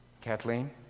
Kathleen